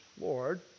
Lord